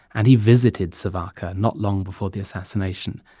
and he visited savarkar not long before the assassination.